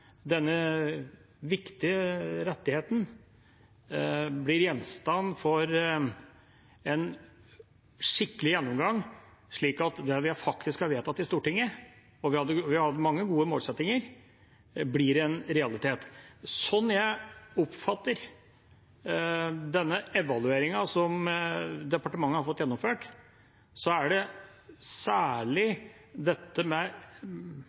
denne viktige rettigheten blir gjenstand for en skikkelig gjennomgang, slik at det vi faktisk har vedtatt i Stortinget, og vi har hatt mange gode målsettinger, blir en realitet. Slik jeg oppfatter denne evalueringen som departementet har fått gjennomført, er det særlig dette med